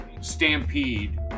stampede